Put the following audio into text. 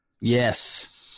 Yes